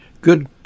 Good